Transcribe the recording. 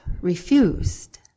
refused